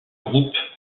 groupe